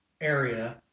area